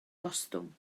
gostwng